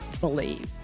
believe